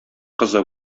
кызы